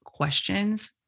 questions